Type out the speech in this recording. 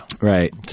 Right